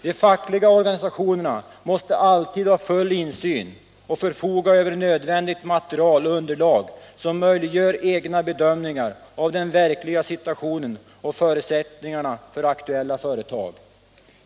De fackliga organisationerna måste alltid ha full insyn och förfoga över nödvändigt material och underlag som möjliggör egna bedömningar av den verkliga situationen och förutsättningarna för aktuella företag.